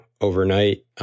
overnight